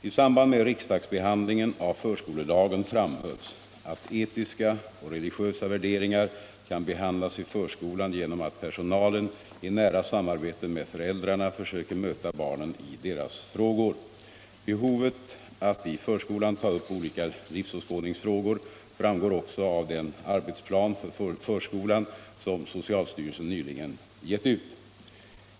I samband med riksdagsbehandlingen av förskolelagen framhölls att etiska och religiösa värderingar kan behandlas i förskolan genom att personalen i nära samarbete med föräldrarna försöker möta barnen i deras frågor. Behovet av att i förskolan ta upp olika livsåskådningsfrågor fram Nr 35 går också av den arbetsplan för förskolan som socialstyrelsen nyligen gett ut.